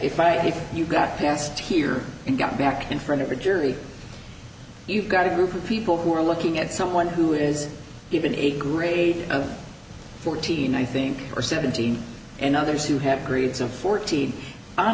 if i if you got past here and got back in front of a jury you've got a group of people who are looking at someone who is given a grade of fourteen i think or seventeen and others who have grades of fourteen on